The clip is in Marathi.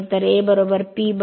तर A P